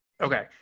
Okay